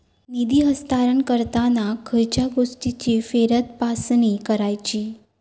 निधी हस्तांतरण करताना खयच्या गोष्टींची फेरतपासणी करायची?